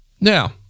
Now